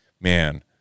man